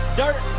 dirt